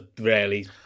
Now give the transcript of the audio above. rarely